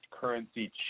currency